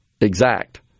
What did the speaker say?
exact